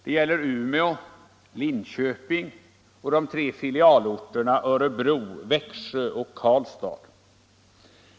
Det gäller Umeå, Linköping och de tre filialorterna Örebro, Växjö och Karlstad.